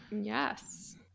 Yes